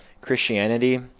Christianity